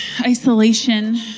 isolation